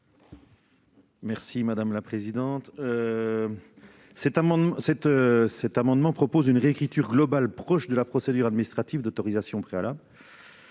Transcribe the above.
Les auteurs de cet amendement proposent une réécriture globale proche de la procédure administrative d'autorisation préalable.